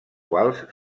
quals